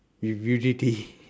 with